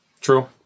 True